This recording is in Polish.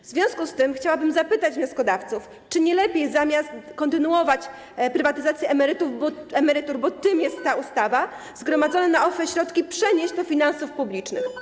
W związku z tym chciałabym zapytać wnioskodawców, czy nie lepiej, zamiast kontynuować prywatyzację emerytur, bo tym jest ta ustawa, zgromadzone na OFE środki przenieść do finansów publicznych.